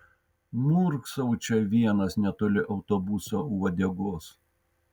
murksau čia vienas netoli autobuso uodegos